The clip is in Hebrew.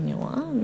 רק אומר שאודה